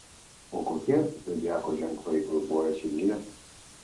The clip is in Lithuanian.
o kokie zodiako ženklai globoja šeimyną